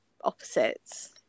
opposites